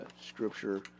scripture